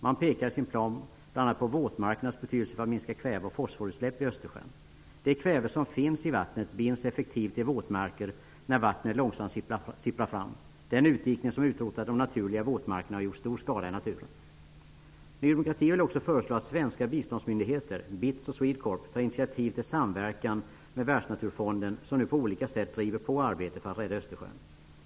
Man pekar i sin plan bl.a. på våtmarkernas betydelse för att minska kväve och fosfor utsläpp i Östersjön. Det kväve som finns i vattnet binds effektivt i våtmarker när vattnet sipprar fram långsamt. Den utdikning som utrotat de naturliga våtmarkerna har gjort stor skada i naturen. Ny demokrati vill också föreslå att svenska biståndsmyndigheter -- BITS och Swedecorp -- tar initiativ till samverkan med Världsnaturfonden, som nu på olika sätt driver på arbetet för att rädda Östersjön.